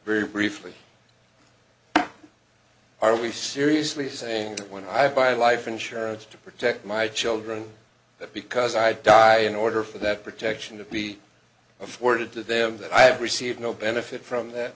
very briefly are we seriously saying that when i buy life insurance to protect my children that because i die in order for that protection to be afforded to them that i have received no benefit from that